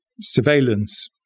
surveillance